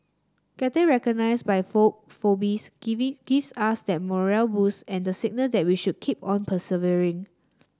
getting recognised by Forbes giving gives us that morale boost and the signal that we should keep on persevering